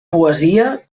poesia